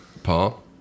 Paul